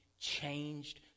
changed